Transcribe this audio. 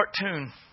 cartoon